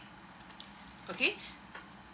okay